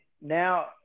now